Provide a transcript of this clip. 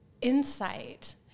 insight